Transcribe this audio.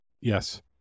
Yes